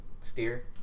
steer